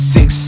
Six